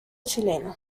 chileno